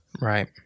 Right